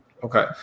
Okay